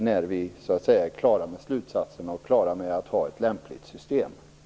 När vi har dragit slutsatser och utformat ett lämpligt system kan det börja tillämpas.